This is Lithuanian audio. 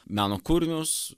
meno kūrinius